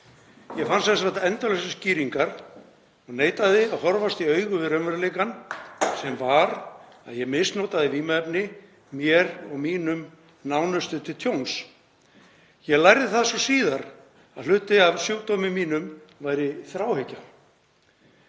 Ég fannst endalausar skýringar og neitaði að horfast í augu við raunveruleikann, sem var að ég misnotaði vímuefni mér og mínum nánustu til tjóns. Ég lærði það svo síðar að hluti af sjúkdómnum mínum væri þráhyggja.